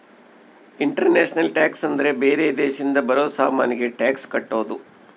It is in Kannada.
ಇಂಟರ್ನ್ಯಾಷನಲ್ ಟ್ಯಾಕ್ಸ್ ಅಂದ್ರ ಬೇರೆ ದೇಶದಿಂದ ಬರೋ ಸಾಮಾನಿಗೆ ಟ್ಯಾಕ್ಸ್ ಕಟ್ಟೋದು